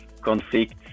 conflict